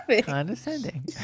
condescending